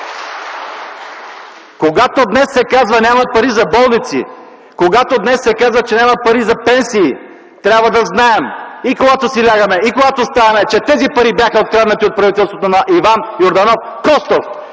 Когато днес се казва: „Няма пари за болници!”, когато днес се казва, че няма пари за пенсии, трябва да знаем и когато си лягаме, и когато ставаме, че тези пари бяха откраднати от правителството на Иван Йорданов Костов,